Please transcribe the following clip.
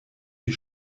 die